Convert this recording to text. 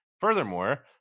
Furthermore